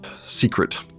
secret